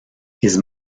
his